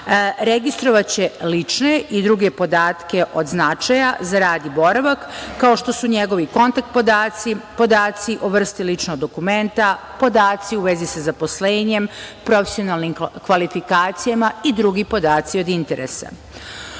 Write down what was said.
registrovaće lične i druge podatke od značaja za rad i boravak, kao što su njegovi kontakt podaci, podaci o vrsti ličnog dokumenta, podaci u vezi sa zaposlenjem, profesionalnim kvalifikacijama i drugi podaci od interesa.